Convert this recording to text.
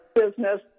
business